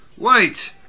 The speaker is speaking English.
Wait